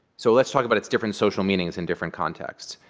so let's talk about its different social meanings in different contexts.